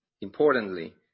Importantly